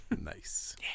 Nice